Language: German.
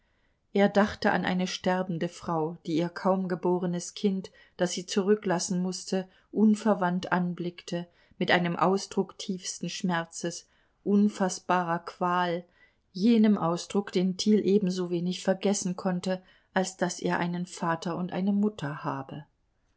er dachte an eine sterbende frau die ihr kaum geborenes kind das sie zurücklassen mußte unverwandt anblickte mit einem ausdruck tiefsten schmerzes unfaßbarer qual jenem ausdruck den thiel ebensowenig vergessen konnte als daß er einen vater und eine mutter habe